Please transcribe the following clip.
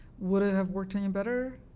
would it have worked any better?